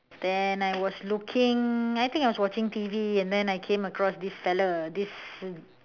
then I was looking I think I was watching T_V and then I came across this fella this